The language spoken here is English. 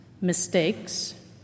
mistakes